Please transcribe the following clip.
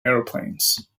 aeroplanes